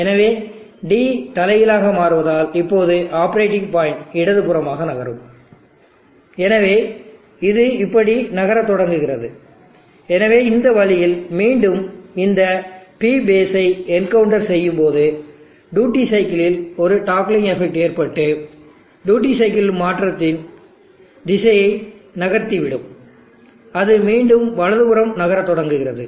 எனவே d தலைகீழாக மாறுவதால் இப்போது ஆப்பரேட்டிங் பாயிண்ட் இடதுபுறமாக நகரும் எனவே இது இப்படி நகரத் தொடங்குகிறது எனவே இந்த வழியில் மீண்டும் இந்த P பேஸ் ஐ என்கவுண்டர் செய்யும்போது டியூட்டி சைக்கிளில் ஒரு டாக்லிங்க் எபெக்ட் ஏற்பட்டு டியூட்டி சைக்கிள் மாற்றத்தின் திசையை நகர்த்தி விடும் அது மீண்டும் வலதுபுறம் நகரத் தொடங்குகிறது